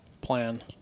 plan